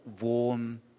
warm